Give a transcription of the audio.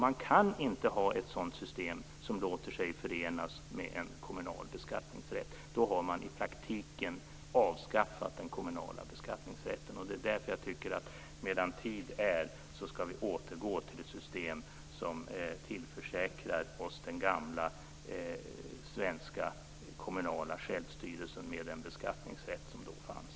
Man kan inte ha ett sådant system som inte låter sig förenas med en kommunal beskattningsrätt. Då har man i praktiken avskaffat den kommunala beskattningsrätten. Det är därför jag tycker att medan tid är skall vi återgå till det system som tillförsäkrar oss den gamla svenska kommunala självstyrelsen med en beskattningsrätt som förr fanns.